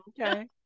Okay